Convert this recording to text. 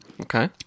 Okay